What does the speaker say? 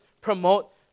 promote